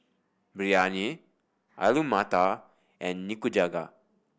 Biryani Alu Matar and Nikujaga